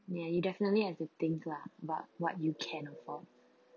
ya you definitely have to think lah about what you can afford